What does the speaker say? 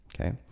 Okay